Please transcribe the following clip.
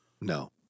No